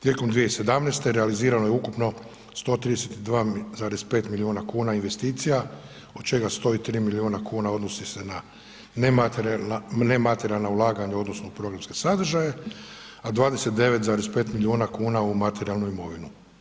Tijekom 2017. realizirano je ukupno 132,5 milijuna kuna investicija od čega 103 milijuna kuna odnosi se na nematerijalna ulaganja odnosno u programske sadržaje, a 29,5 milijuna kuna u materijalnu imovinu.